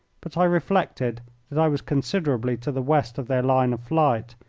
but i reflected that i was considerably to the west of their line of flight,